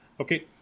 okay